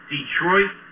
Detroit